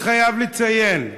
אני חייב לציין,